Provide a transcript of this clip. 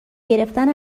گرفتن